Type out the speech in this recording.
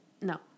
No